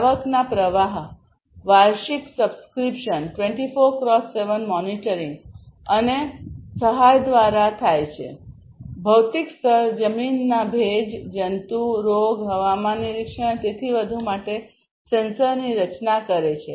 આવકના પ્રવાહ વાર્ષિક સબ્સ્ક્રિપ્શન્સ 24X7 મોનિટરિંગ અને સહાય દ્વારા થાય છેભૌતિક સ્તર જમીનના ભેજ જંતુ રોગ હવામાન નિરીક્ષણ અને તેથી વધુ માટે સેન્સરની રચના કરે છે